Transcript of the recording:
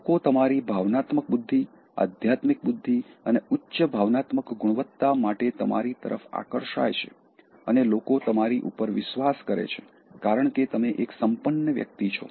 લોકો તમારી ભાવનાત્મક બુદ્ધિ આધ્યાત્મિક બુદ્ધિ અને ઉચ્ચ ભાવનાત્મક ગુણવત્તા માટે તમારી તરફ આકર્ષાય છે અને લોકો તમારી ઉપર વિશ્વાસ કરે છે કારણ કે તમે એક સંપન્ન વ્યક્તિ છો